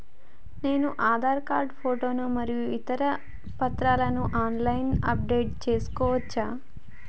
నేను Aadhaar card photo మరియు ఇతర పత్రాలను ఆన్ లైన్ అప్ డెట్ చేసుకోవచ్చా?